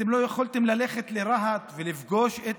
לא יכולתם ללכת לרהט ולפגוש את